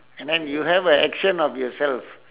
and then you have a action of yourself